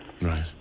Right